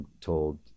told